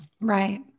right